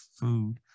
food